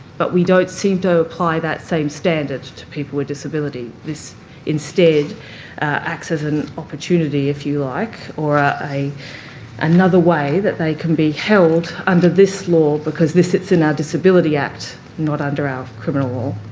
but we don't seem to apply that same standard to people with disability. this instead access and opportunity, if you like, or ah another way that they can be held under this law because this sits in our disability act, not under our criminal law.